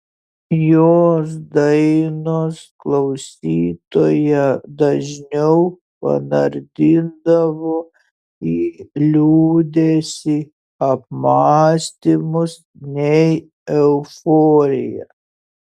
jos dainos klausytoją dažniau panardindavo į liūdesį apmąstymus nei euforiją